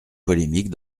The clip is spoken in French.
polémique